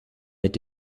mit